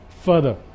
further